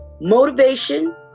Motivation